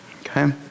Okay